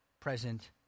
present